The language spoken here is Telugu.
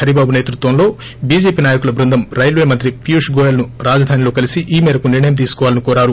హరిబాబు సేతృత్వంలో చీజేపీ నాయకుల బృందం రైల్వే మంత్రి పియూష్ గోయల్ను రాజధానిలో కలిసి ఈ మేరకు నిర్ణయం తీసుకోవాలని కోరారు